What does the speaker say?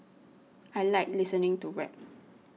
I like listening to rap